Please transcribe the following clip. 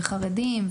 חרדים,